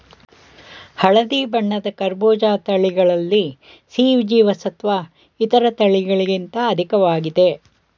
ಹಳದಿ ಬಣ್ಣದ ಕರ್ಬೂಜ ತಳಿಗಳಲ್ಲಿ ಸಿ ಜೀವಸತ್ವ ಇತರ ತಳಿಗಳಿಗಿಂತ ಅಧಿಕ್ವಾಗಿದೆ